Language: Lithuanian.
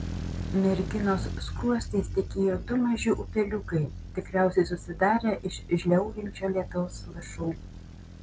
merginos skruostais tekėjo du maži upeliukai tikriausiai susidarę iš žliaugiančio lietaus lašų